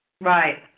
Right